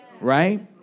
Right